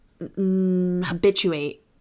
habituate